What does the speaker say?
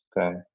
okay